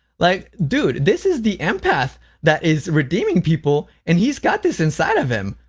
like, dude, this is the empath that is redeeming people and he's got this inside of him.